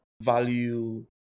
value